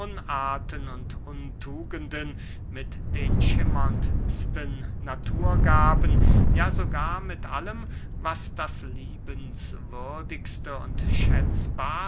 und untugenden mit den schimmerndsten naturgaben ja sogar mit allem was das liebenswürdigste und schätzbarste